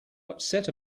upset